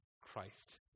Christ